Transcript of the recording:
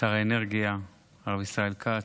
האנרגיה ישראל כץ,